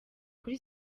kuri